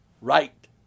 right